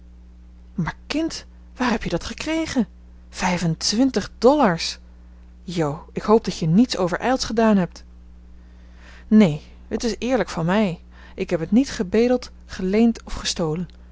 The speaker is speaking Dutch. maar kind waar heb je dat gekregen vijf-en-twintig dollars jo ik hoop dat je niets overijlds gedaan hebt neen het is eerlijk van mij ik heb het niet gebedeld geleend of gestolen